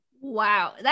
Wow